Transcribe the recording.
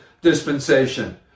dispensation